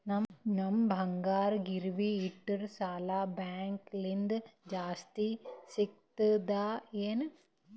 ನಮ್ ಬಂಗಾರ ಗಿರವಿ ಇಟ್ಟರ ಸಾಲ ಬ್ಯಾಂಕ ಲಿಂದ ಜಾಸ್ತಿ ಸಿಗ್ತದಾ ಏನ್?